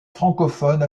francophone